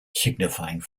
signifying